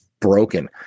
broken